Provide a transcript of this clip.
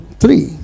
three